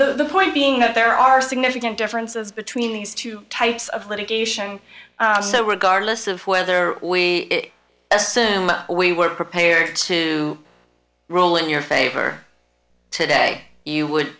the point being that there are significant differences between these two types of litigation so regardless of whether we assume we were prepared to rule in your favor today you would